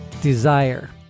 desire